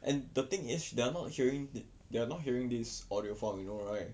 and the thing is they are not hearing they are not hearing this audio file you know right